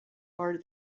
are